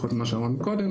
לפחות ממה ששמענו קודם,